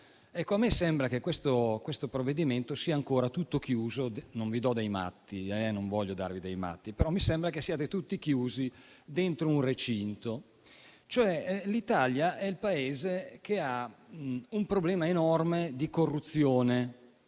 a me sembra che questo provvedimento sia ancora tutto chiuso. Non vi sto dando dei matti, non voglio darvi dei matti, ma mi sembra che siate tutti chiusi dentro un recinto. L'Italia è un Paese che ha un problema enorme di corruzione,